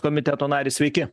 komiteto narį sveiki